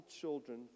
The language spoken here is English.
children